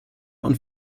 und